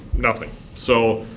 nothing. so,